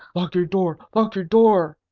lock your door! lock your door!